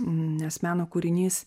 nes meno kūrinys